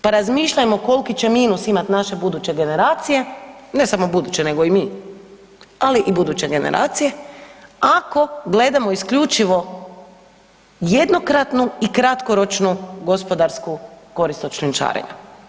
Pa razmišljamo koliki će minus imat naše buduće generacije, ne samo buduće nego i mi, ali i buduće generacije ako gledamo isključivo jednokratnu i kratkoročnu gospodarsku korist od šljunčarenja.